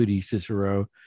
Cicero